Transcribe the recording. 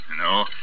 No